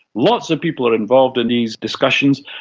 lots of people are involved in these discussions.